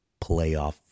playoff